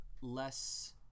less